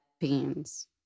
beans